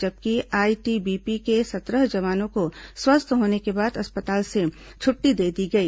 जबकि आईटीबीपी के सत्रह जवानों को स्वस्थ होने के बाद अस्पताल से छुट्टी दे दी गई